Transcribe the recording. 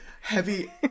heavy